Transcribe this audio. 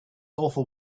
awful